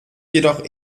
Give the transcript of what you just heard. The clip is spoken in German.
jedoch